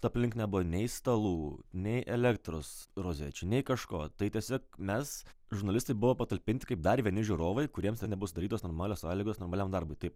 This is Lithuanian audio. aplink nebuvo nei stalų nei elektros rozečių nei kažko tai tiesiog mes žurnalistai buvo patalpinti kaip dar vieni žiūrovai kuriems ten nebus sudarytos normalios sąlygos normaliam darbui taip